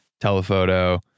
telephoto